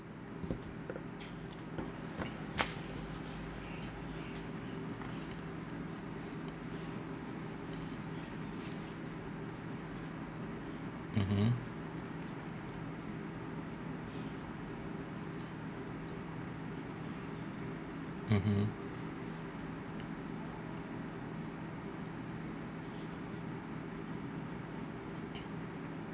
mmhmm mmhmm